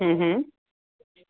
हूं हूं